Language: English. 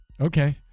Okay